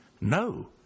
no